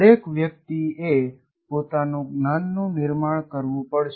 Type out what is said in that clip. દરેક વ્યક્તિએ પોતાનું જ્ઞાનનું નિર્માણ કરવું પડશે